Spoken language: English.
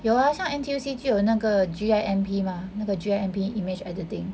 有啊像 N_T_U_C 就有那个 G_I_M_P mah 那个 G_I_M_P image editing